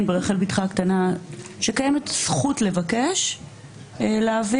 ברחל בתך הקטנה שקיימת זכות לבקש להעביר,